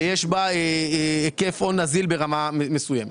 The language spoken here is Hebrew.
ויש בה היקף הון נזיל ברמה מסוימת.